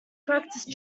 practise